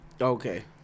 Okay